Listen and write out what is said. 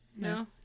No